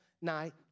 night